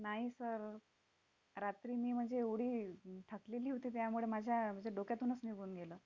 नाही सर रात्री मी म्हणजे एवढी थकलेली होती त्यामुळे माझ्या म्हणजे डोक्यातूनच निघून गेलं